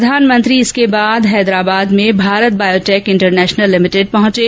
प्रधानमंत्री इसके बाद हैदराबाद में भारत बायोटेक इंटरनेशनल लिमिटेड पहुंचे